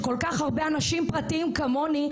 שכל כך הרבה אנשים פרטיים כמוני,